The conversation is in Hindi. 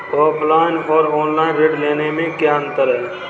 ऑफलाइन और ऑनलाइन ऋण लेने में क्या अंतर है?